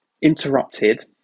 interrupted